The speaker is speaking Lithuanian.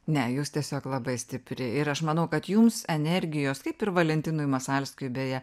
ne jūs tiesiog labai stipri ir aš manau kad jums energijos kaip ir valentinui masalskiui beje